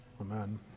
Amen